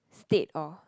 state of